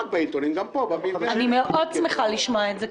אני שמחה מאוד לשמוע את זה.